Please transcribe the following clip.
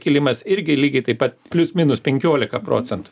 kilimas irgi lygiai taip pat plius minus penkiolika procentų